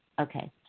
Okay